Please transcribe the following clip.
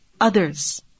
Others